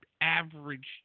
average